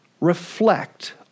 Reflect